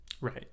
Right